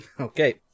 Okay